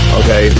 okay